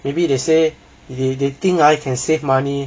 maybe they say they they think you can save money